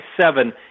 seven